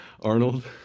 Arnold